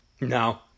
No